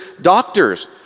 doctors